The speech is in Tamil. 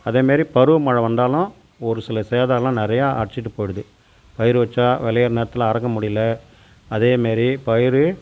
அதே மாதிரி பருவ மழை வந்தாலும் ஒரு சில சேதம் எல்லாம் நிறையா அடிச்சிட்டு போயிவிடுது பயிறு வச்சால் விளையிற நேரத்தில் அறுக்க முடியலை அதே மாதிரி இப்போ பயிறு